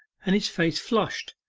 and his face flushed.